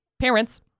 parents